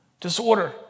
Disorder